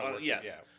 Yes